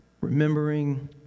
remembering